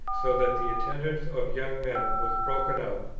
so that the attendance of young men was broken up,